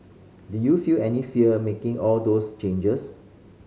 did you feel any fear making all those changes